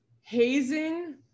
hazing